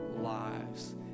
lives